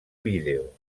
vídeo